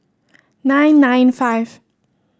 nine nine five